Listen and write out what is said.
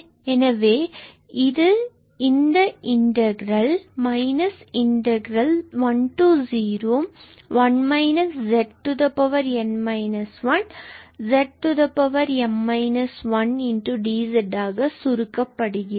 எனவே இது இந்த இன்டகிரல் 10 n 1zm 1dz ஆக சுருக்க படுகிறது